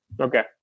Okay